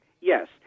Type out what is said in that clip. Yes